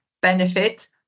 benefit